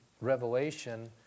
Revelation